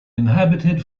inhabited